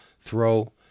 throw –